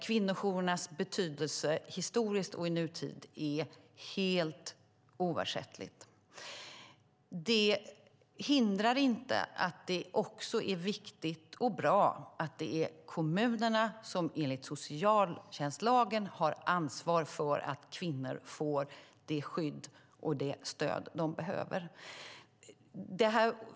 Kvinnojourernas betydelse historiskt och i nutid är helt ovärderlig. Det är bra att det är kommunerna som enligt socialtjänstlagen har ansvar för att kvinnor får det skydd och det stöd som de behöver.